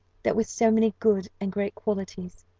that with so many good and great qualities,